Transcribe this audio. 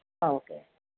okay